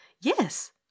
yes